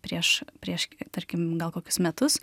prieš prieš tarkim gal kokius metus